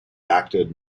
acted